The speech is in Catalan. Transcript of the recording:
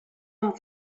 amb